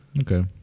okay